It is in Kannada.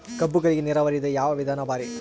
ಕಬ್ಬುಗಳಿಗಿ ನೀರಾವರಿದ ಯಾವ ವಿಧಾನ ಭಾರಿ?